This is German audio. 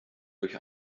durch